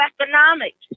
Economics